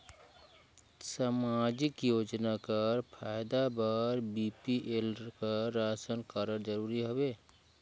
समाजिक योजना कर फायदा बर बी.पी.एल कर राशन कारड जरूरी हवे?